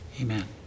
Amen